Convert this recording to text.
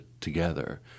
together